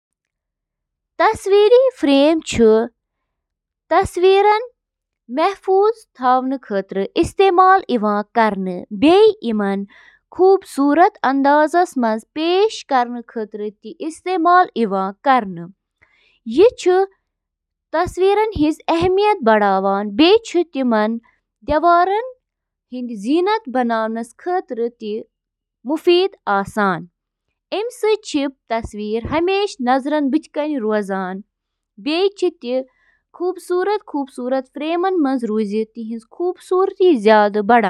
اکھ vacuum cleaner, یتھ صرف ویکیوم تہٕ ونان چِھ، چُھ اکھ یُتھ آلہ یُس قالینن تہٕ سخت فرشو پیٹھ گندگی تہٕ باقی ملبہٕ ہٹاونہٕ خاطرٕ سکشن تہٕ اکثر تحریک ہنٛد استعمال چُھ کران۔ ویکیوم کلینر، یِم گَرَن سۭتۍ سۭتۍ تجٲرتی ترتیبن منٛز تہِ استعمال چھِ یِوان کرنہٕ۔